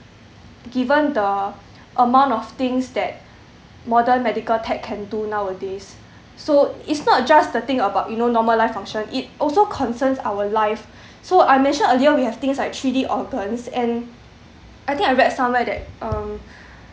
given the amount of things that modern medical tech can do nowadays so it's not just the thing about you know normal life function it also concerns our life so I mentioned earlier we have things like three d organs and I think I read somewhere that um